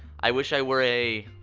i wish i were a.